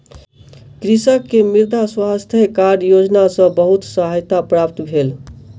कृषक के मृदा स्वास्थ्य कार्ड योजना सॅ बहुत सहायता प्राप्त भेल